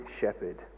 shepherd